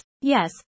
Yes